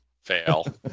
Fail